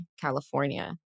California